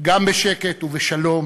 גם בשקט ובשלום